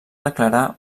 declarar